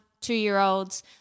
two-year-olds